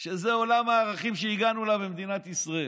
שזה עולם הערכים שהגענו אליו במדינת ישראל.